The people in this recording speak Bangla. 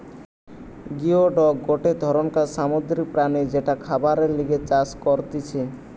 গিওডক গটে ধরণকার সামুদ্রিক প্রাণী যেটা খাবারের লিগে চাষ করতিছে